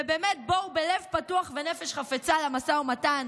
ובאמת בואו בלב פתוח ונפש חפצה למשא ומתן,